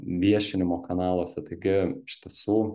viešinimo kanaluose taigi iš tiesų